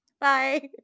Bye